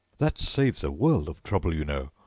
that saves a world of trouble, you know,